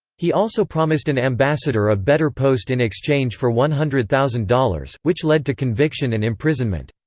he also promised an ambassador a better post in exchange for one hundred thousand dollars, which led to conviction and imprisonment.